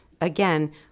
Again